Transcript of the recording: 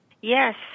Yes